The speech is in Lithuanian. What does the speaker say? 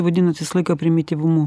vadinas visą laiką primityvumu